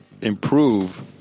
improve